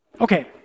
Okay